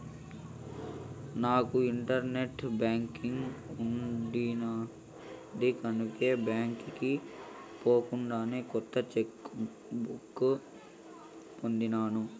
నాకు internet banking ఉండిన్నాది కనుకే బాంకీకి పోకుండానే కొత్త చెక్ బుక్ పొందినాను